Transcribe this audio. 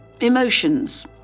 emotions